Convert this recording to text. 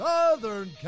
Southern